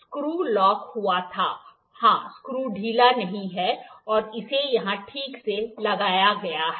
screw lock हुआ था हाँ स्क्रू ढीला नहीं है और इसे यहाँ ठीक से लगाया गया है